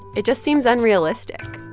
it just seems unrealistic.